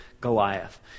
Goliath